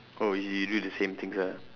oh you do the same things ah